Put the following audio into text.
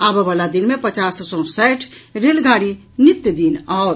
आबय वाला दिन मे पचास सॅ साठि रेलगाडी नित्यदिन आओत